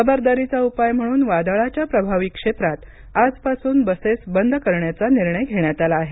खबरदारीचा उपाय म्हणून वादळाच्या प्रभावी क्षेत्रात आजपासून बसेस बंद करण्याचा निर्णय घेण्यात आला आहे